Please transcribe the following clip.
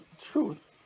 truth